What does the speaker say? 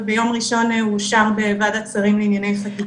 אבל ביום ראשון הוא שם בוועדת שרים לענייני חקיקה.